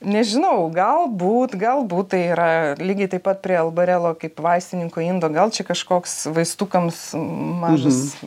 nežinau galbūt galbūt tai yra lygiai taip pat prie albarelo kaip vaistininko indo gal čia kažkoks vaistukams mažas